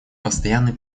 постоянный